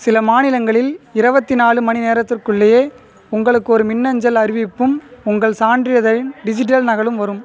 சில மாநிலங்களில் இருபத்தி நாலு மணி நேரத்திற்குள்ளேயே உங்களுக்கு ஒரு மின்னஞ்சல் அறிவிப்பும் உங்கள் சான்றிதழின் டிஜிட்டல் நகலும் வரும்